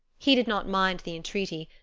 he did not mind the entreaty,